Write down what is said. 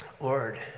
Lord